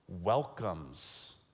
welcomes